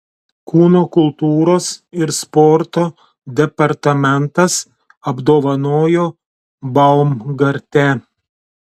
kūno kultūros ir sporto departamentas apdovanojo baumgartę